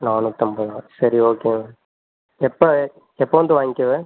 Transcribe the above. நானூத்தம்பதா சரி ஓகேங்க எப்போ எப்போ வந்து வாங்கிகுவ